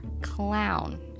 clown